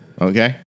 Okay